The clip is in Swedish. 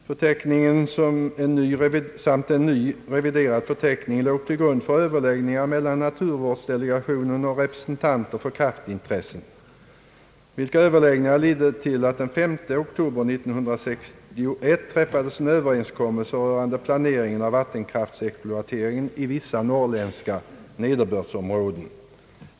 Förteckningen samt en ny reviderad förteckning låg till grund för överläggningar mellan naturvårdsdelegationen och representanter för kraftintressen. Dessa överläggningar ledde till att den 5 oktober 1961 träffades en överenskommelese rörande planeringen av vattenkraftexploateringen i vissa norrländska nederbördsområden.